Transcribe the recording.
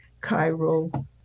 Cairo